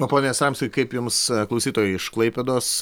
o pone jastramski kaip jums klausytojo iš klaipėdos